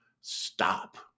stop